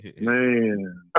Man